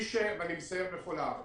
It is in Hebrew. ואני מסייר בכל הארץ.